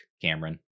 Cameron